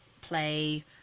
play